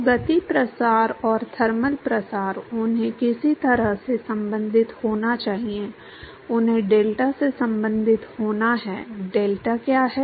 तो गति प्रसार और थर्मल प्रसार उन्हें किसी तरह से संबंधित होना चाहिए उन्हें डेल्टा से संबंधित होना है डेल्टा क्या है